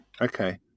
okay